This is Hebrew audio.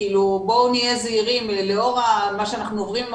בואו נהיה זהירים לאור מה שאנחנו עוברים עם